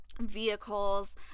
vehicles